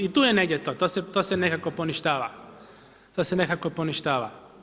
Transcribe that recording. I tu je negdje to, to se nekako poništava, to se nekako poništava.